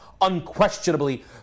unquestionably